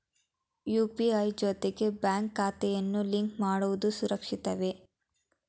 UPI ಜೊತೆಗೆ bank ಖಾತೆಯನ್ನು link ಮಾಡುವುದು ಸುರಕ್ಷಿತವೇ?